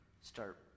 start